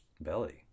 belly